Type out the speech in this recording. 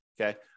okay